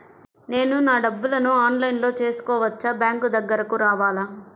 నేను నా డబ్బులను ఆన్లైన్లో చేసుకోవచ్చా? బ్యాంక్ దగ్గరకు రావాలా?